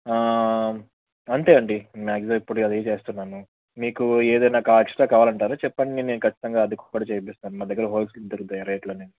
అంతే అండి మాక్సిమం ఎప్పుడూ అదే చేస్తున్నాను మీకు ఏదన్నా ఎక్స్ట్రా కావాలంటారా చెప్పండి నేను ఖచ్చితంగా అది కూడా చేయిస్తాను మా దగ్గర హోల్సేల్కు దొరుకుతాయి రేట్లు అన్నీ